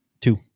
two